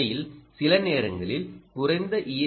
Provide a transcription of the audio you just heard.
உண்மையில்சில நேரங்களில் குறைந்த ஈ